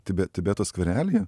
tibe tibeto skverelyje